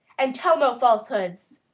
and tell no falsehoods.